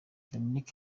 dominic